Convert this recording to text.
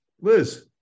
Liz